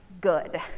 good